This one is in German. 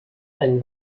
ein